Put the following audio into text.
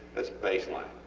thats baseline.